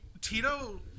Tito